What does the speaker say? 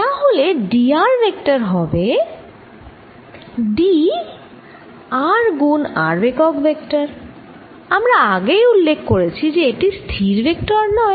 তাহলে d r vector হবে d r গুণ r একক ভেক্টর আমরা আগেই উল্লেখ করেছি যে এটি স্থির ভেক্টর নয়